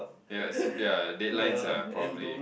yes ya deadlines are probably